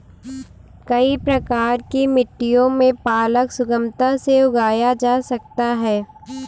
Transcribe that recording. कई प्रकार की मिट्टियों में पालक सुगमता से उगाया जा सकता है